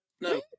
no